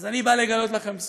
אז אני בא לגלות לכם סוד: